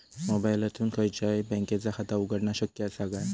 मोबाईलातसून खयच्याई बँकेचा खाता उघडणा शक्य असा काय?